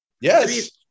Yes